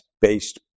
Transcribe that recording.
based